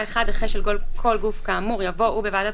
אם ועדת